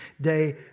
day